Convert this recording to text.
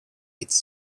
its